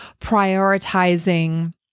prioritizing